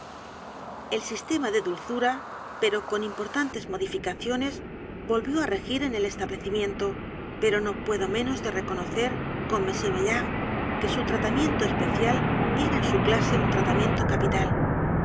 el sistema de dulzura pero con importantes modificaciones volvió á r e g i r en el establecimiento pero no puedo menos de reconocer conm maillard que su t r a tamiento especial era en su clase un tratamiento capital